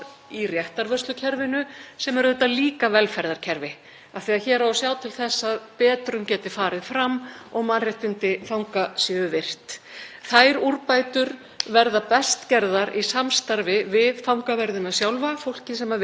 Þær úrbætur verða best gerðar í samstarfi við fangaverðina sjálfa, fólkið sem vinnur í fangelsunum. Ég fékk ekki svar við spurningu minni um lagalega umgjörð og reglugerð um lágmarksmönnun í fangelsum og fæ að endurtaka